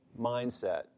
mindset